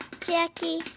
Jackie